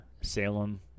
Salem